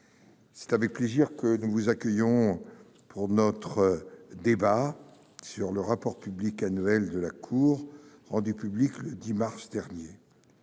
c'est avec plaisir que nous vous accueillons pour notre débat sur le rapport public annuel de la Cour des comptes, rendu public le 10 mars dernier.